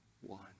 one